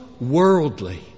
worldly